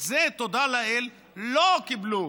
את זה, תודה לאל, לא קיבלו,